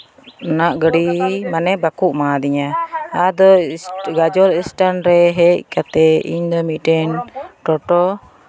ᱚᱱᱟ ᱜᱟᱹᱰᱤ ᱢᱟᱱᱮ ᱵᱟᱠᱚ ᱮᱢᱟ ᱫᱤᱧᱟ ᱟᱫᱚ ᱜᱟᱡᱚᱞ ᱥᱴᱮᱱᱰ ᱨᱮ ᱦᱮᱡ ᱤᱧᱫᱚ ᱢᱤᱫᱴᱮᱱ ᱴᱳᱴᱳ